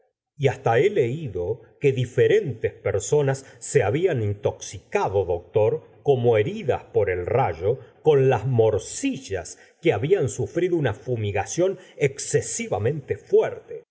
y hasta he leido que diferentes personas se habiad intoxicado doctor como heridas por el rayo con las morcillas que habían sufrido una fumigación excesivamente fuerte